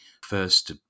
first